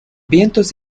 vientos